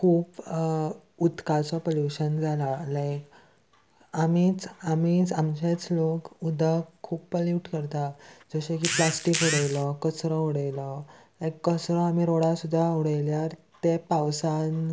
खूब उदकाचो पल्युशन जाला लायक आमीच आमीच आमचेच लोक उदक खूब पल्यूट करता जशे की प्लास्टीक उडयलो कचरो उडयलो लायक कचरो आमी रोडा सुद्दां उडयल्यार ते पावसान